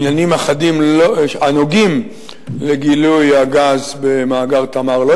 שעניינים הנוגעים לגילוי הגז במאגר "תמר" לא